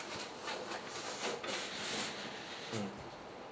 mm